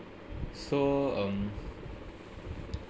so um